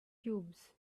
cubes